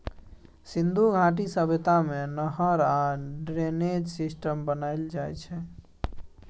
सिन्धु घाटी सभ्यता मे नहर आ ड्रेनेज सिस्टम बनाएल जाइ छै